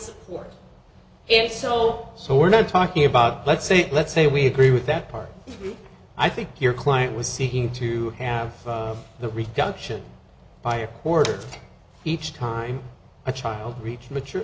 for it so so we're not talking about let's say let's say we agree with that part i think your client was seeking to have the reduction by a quarter each time a child reaches mature